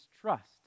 trust